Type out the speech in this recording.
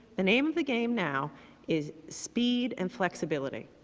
the name of the game now is speed and flexibility.